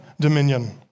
dominion